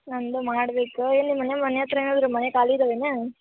ನನ್ನದು ಮಾಡಬೇಕು ಎಲ್ಲಿ ಮನೆ ಹತ್ರ ಏನಾದ್ರು ಮನೆ ಖಾಲಿ ಇದ್ದಾವೇನು